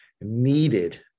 needed